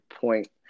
point